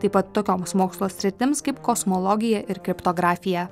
taip pat tokioms mokslo sritims kaip kosmologija ir kriptografija